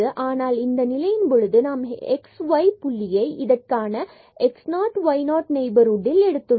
ஆனால் இந்த நிலையின் பொழுது நாம் இந்த xy புள்ளியை இதற்கான x0y0 நெய்பர்ஹுட்டில் எடுத்துள்ளோம்